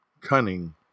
cunning